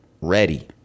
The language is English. ready